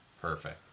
Perfect